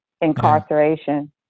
incarceration